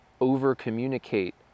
Over-communicate